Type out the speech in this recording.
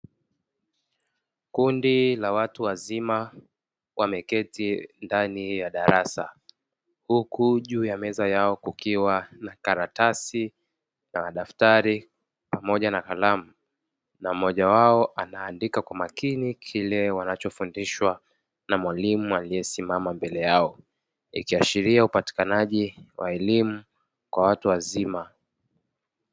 Kundi la watu wazima wameketi ndani ya darasa, huku juu ya meza yao kukiwa na karatasi na daftari pamoja na kalamu, na mmoja wao anaandika kwa makini kile wanachofundishwa na mwalimu aliyesimama mbele yao; ikiashiria upatikanaji wa elimu kwa watu wazima.